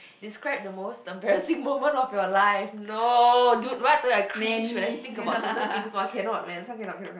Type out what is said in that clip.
describe the most embarrassing moment of your life no dude what the I cringe when I think about certain things !woah! cannot man this one cannot cannot cannot